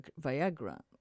viagra